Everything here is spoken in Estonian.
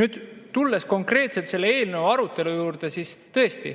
laetust. Tulles konkreetselt selle eelnõu arutelu juurde, ütlen, et tõesti,